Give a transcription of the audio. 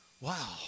Wow